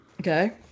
Okay